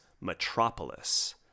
Metropolis